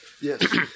Yes